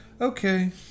Okay